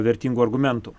vertingų argumentų